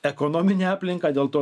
ekonominę aplinką dėl to